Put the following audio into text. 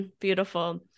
beautiful